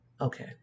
Okay